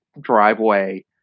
driveway